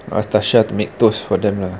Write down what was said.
ask tasha to make toast for them lah